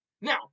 Now